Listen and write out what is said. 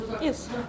yes